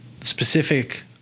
specific